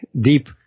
deep